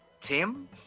Tim